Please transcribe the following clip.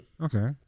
Okay